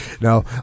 now